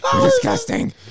Disgusting